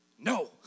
no